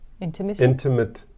intimate